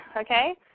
okay